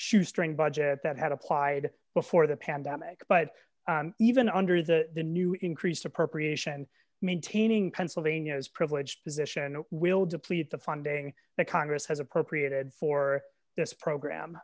shoestring budget that had applied before the pandemic but even under the new increased appropriation maintaining pennsylvania's privileged position will deplete the funding that congress has appropriated for this program